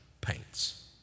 paints